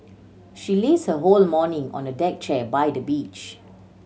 she lazed her whole the morning away on a deck chair by the beach